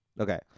okay